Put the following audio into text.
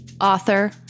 author